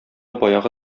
баягы